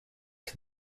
can